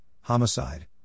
homicide